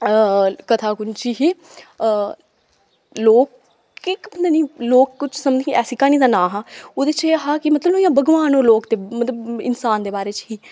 कथाकुंज च ही लोकें गी पता नेईं जां लोक समथिंग किश ऐसी क्हानी दा नांऽ हा ओह्दे च एह् हा कि मतलब इ'यां भगवान होर लोक ते इंसान मतलब इंसान दे बारे च ही